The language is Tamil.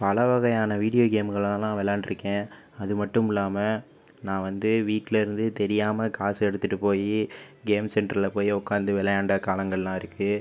பல வகையான வீடியோ கேம்களெலாம் நான் வெளாண்ட்டிருக்கேன் அதுமட்டுல்லாமல் நான் வந்து வீட்லிருந்து தெரியாமல் காசு எடுத்துகிட்டு போயி கேம் சென்டரில் போய் உட்கார்ந்து விளையாண்ட காலங்களெலாம் இருக்குது